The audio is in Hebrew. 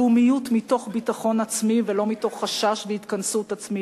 לאומיות מתוך ביטחון עצמי ולא מתוך חשש והתכנסות עצמית,